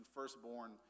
firstborn